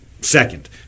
second